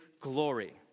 glory